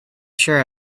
sure